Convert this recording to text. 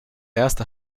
erste